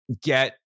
get